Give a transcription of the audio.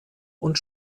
und